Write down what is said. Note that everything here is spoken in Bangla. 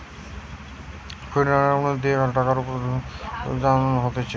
ফিচ এন্ড ইফেক্টিভ দিয়ে কন টাকার উপর শুধ জানা হতিছে